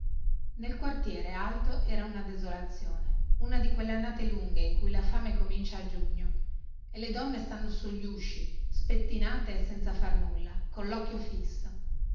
nel quartiere alto era una desolazione una di quelle annate lunghe in cui la fame comincia a giugno e le donne stanno sugli usci spettinate e senza far nulla collocchio fisso